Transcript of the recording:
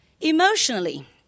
Emotionally